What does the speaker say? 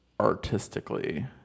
artistically